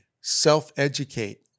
self-educate